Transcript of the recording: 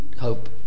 hope